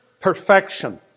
perfection